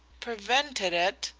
prevented it?